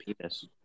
penis